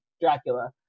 Dracula